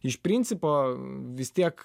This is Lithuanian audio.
iš principo vis tiek